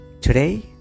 Today